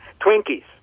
Twinkies